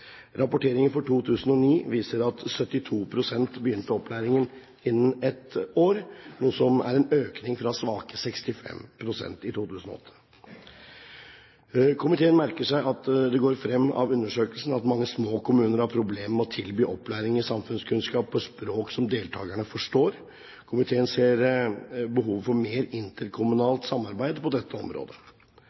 Rapporteringen for 2009 viser at 72 pst. begynte opplæringen innen ett år, noe som er en økning fra svake 65 pst. i 2008. Komiteen merker seg at det går frem av undersøkelsen at mange små kommuner har problemer med å tilby opplæring i samfunnskunnskap på et språk som deltakerne forstår. Komiteen ser behovet for mer interkommunalt samarbeid på dette området.